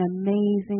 amazing